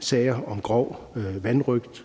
sager om grov vanrøgt,